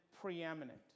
preeminent